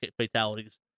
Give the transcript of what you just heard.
fatalities